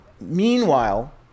Meanwhile